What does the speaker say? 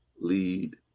lead